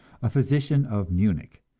a physician of munich,